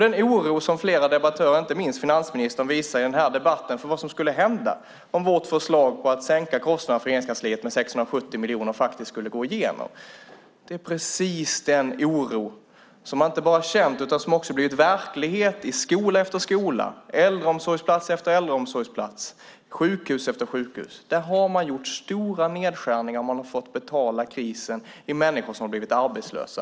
Den oro som flera debattörer, inte minst finansministern, visar i denna debatt för vad som skulle hända om vårt förslag om att sänka kostnaderna för Regeringskansliet med 670 miljoner faktiskt skulle gå igenom är precis den oro som man inte bara känt utan som också blivit verklighet i skola efter skola, äldreomsorgsplats efter äldreomsorgsplats, sjukhus efter sjukhus. Där har det gjorts stora nedskärningar och krisen har betalats i form av människor som blivit arbetslösa.